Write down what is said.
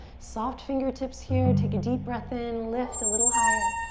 soft fingertips here, take a deep breath in. lift a little higher.